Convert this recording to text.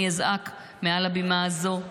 אני אזעק מעל הבימה הזו,